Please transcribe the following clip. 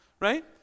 Right